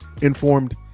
informed